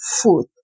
food